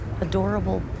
adorable